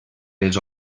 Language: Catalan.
les